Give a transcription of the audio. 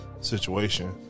situation